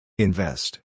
Invest